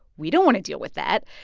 we don't want to deal with that.